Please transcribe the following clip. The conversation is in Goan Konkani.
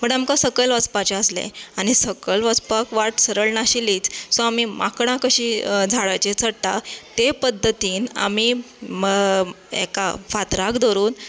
पण आमकां सकयल वचपाचें आसलें आनी सकयल वचपाक वाट सरळ नाशिल्लीच सो आमी माकडां कशीं झाडांचेर चडटा तें पद्दतीन आमी हेका फातराक धरून